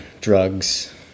drugs